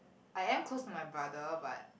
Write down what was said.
I am close to my brother but